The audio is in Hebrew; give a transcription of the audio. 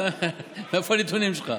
מאיפה הנתונים שלך?